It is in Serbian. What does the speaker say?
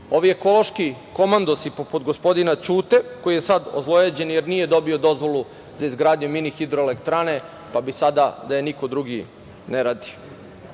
ovi ekološki komandosi poput gospodina Ćute, koji je sad ozlojeđen jer nije dobio dozvolu za izgradnju mini hidroelektrane, pa bi sada da je niko drugi ne